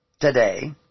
today